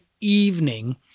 evening